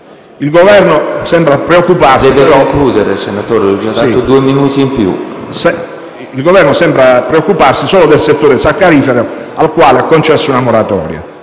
Il Governo sembra preoccuparsi solo del settore saccarifero, al quale ha concesso una moratoria.